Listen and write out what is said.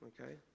Okay